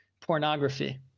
Pornography